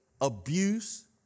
abuse